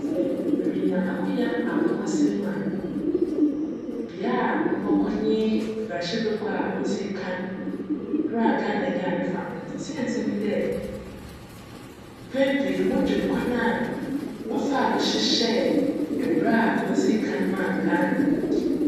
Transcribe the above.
Sj merenya akwanya akc abakcsjm mu a, bea mobckc nye mbrahyjbagua a odzii kan ber a Ghana nyaa ne fahodzi. Siantsir nye dj, mpjn pii no modwen kwan a wcfaa do hyehyjj mbra a odzii kan maa Ghana